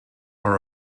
are